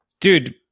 Dude